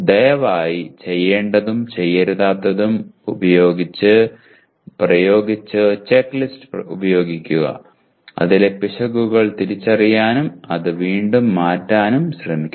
ദയവായി ചെയ്യേണ്ടതും ചെയ്യരുതാത്തതും പ്രയോഗിച്ച് ചെക്ക്ലിസ്റ്റ് ഉപയോഗിക്കുക ഇതിലെ പിശകുകൾ തിരിച്ചറിയാനും അത് വീണ്ടും മാറ്റാനും ശ്രമിക്കുക